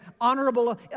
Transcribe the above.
honorable